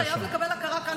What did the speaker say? חייבים לקבל הכרה כאן,